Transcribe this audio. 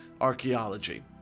archaeology